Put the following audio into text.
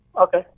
Okay